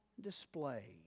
display